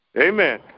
Amen